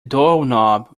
doorknob